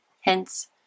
hence